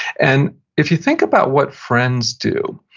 and if you think about what friends do,